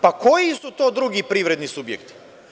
Pa koji su to drugi privredni subjekti?